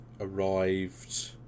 arrived